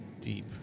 deep